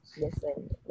listen